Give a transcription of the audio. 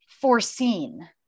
foreseen